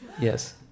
Yes